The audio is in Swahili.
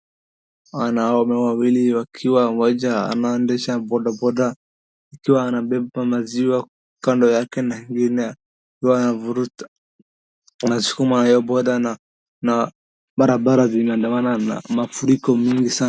Wanaume wawili wakiwa mmoja anandesha bodaboda, akiwa anabeba maziwa kando yake na mwingine akiwa anasukuma hiyo boda na barabara zinaandamana na mafuriko mengi sana.